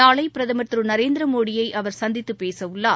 நாளைபிரதமர் திருநரேந்திரமோடியைஅவர் சந்தித்துப் பேசவுள்ளார்